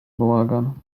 bałagan